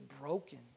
broken